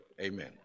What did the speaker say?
amen